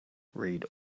read